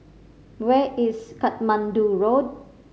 where is Katmandu Road